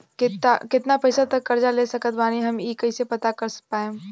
केतना पैसा तक कर्जा ले सकत बानी हम ई कइसे पता कर पाएम?